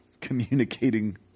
communicating